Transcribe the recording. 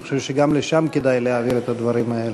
אני חושב שגם לשם כדאי להעביר את הדברים האלה.